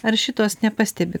ar šituos nepastebi